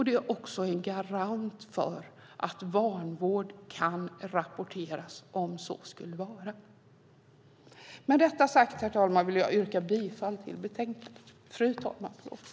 Det är också en garant för att vanvård kan rapporteras om så skulle vara. Med detta sagt, fru talman, vill jag yrka bifall till förslaget i betänkandet.